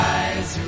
eyes